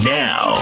now